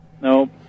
Nope